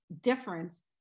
difference